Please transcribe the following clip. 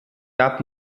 gab